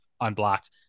unblocked